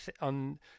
on